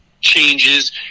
changes